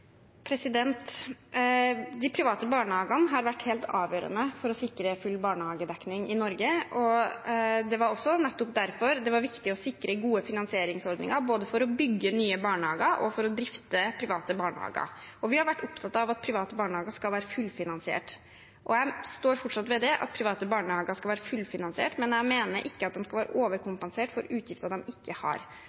De private barnehagene har vært helt avgjørende for å sikre full barnehagedekning i Norge. Det var nettopp derfor det var viktig å sikre gode finansieringsordninger, både for å bygge nye barnehager og for å drifte private barnehager, og vi har vært opptatt av at private barnehager skal være fullfinansiert. Jeg står fortsatt ved at private barnehager skal være fullfinansiert, men jeg mener ikke at de skal være overkompensert for utgifter de ikke har.